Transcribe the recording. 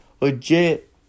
Legit